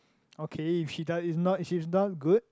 okay if she does if she's not good